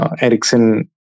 Ericsson